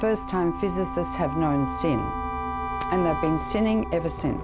first time physicists have been sinning ever since